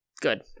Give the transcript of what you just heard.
good